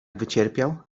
wycierpiał